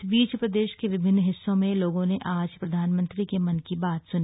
इस बीच प्रदेश के विभिन्न हिस्सों में लोगों ने आज प्रधानमंत्री के मन की बात सुनी